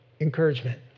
Encouragement